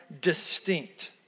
Distinct